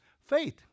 faith